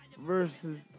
versus